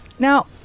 Now